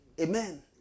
Amen